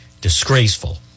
Disgraceful